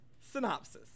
Synopsis